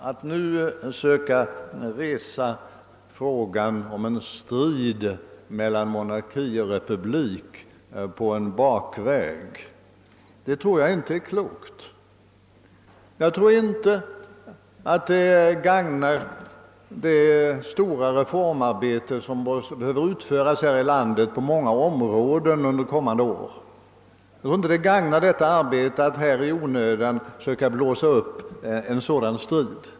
Att nu söka göra frågan till en strid mellan monarki och republik på en bakväg tror jag inte är klokt. Det gagnar inte heller det stora reformarbete som behöver utföras här i landet på många områden under kommande år att i onödan söka blåsa upp en sådan strid.